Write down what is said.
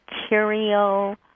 material